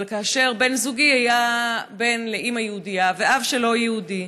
אבל בן זוגי היה בן לאימא יהודייה ואב לא יהודי.